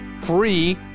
free